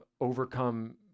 overcome